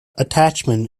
attachment